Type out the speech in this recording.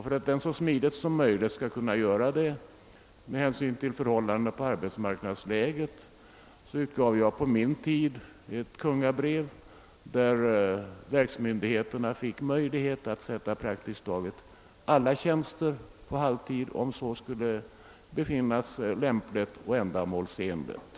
För att den så smidigt som möjligt skulle kunna göra detta med hänsyn till förhållandena på arbetsmarknaden lät jag på min tid utfärda ett kungabrev, varigenom verksmyndigheterna fick möjlighet att sätta praktiskt taget alla tjänster på halvtid, om så skulle befinnas lämpligt och ändamålsenligt.